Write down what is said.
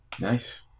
Nice